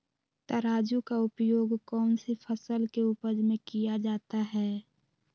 तराजू का उपयोग कौन सी फसल के उपज में किया जाता है?